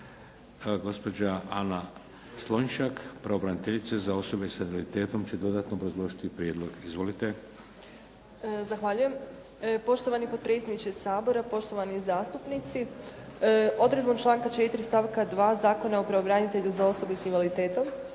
Gospođa Ana Slonjšak, pravobraniteljica za osobe sa invaliditetom će dodatno obrazložiti prijedlog. Izvolite. **Slonjšak, Anka** Zahvaljujem. Poštovani potpredsjedniče Sabora, poštovani zastupnici odredbom članka 4. stavka 2. Zakona o pravobranitelju za osobe sa invaliditetom